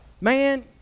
man